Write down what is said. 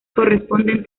corresponden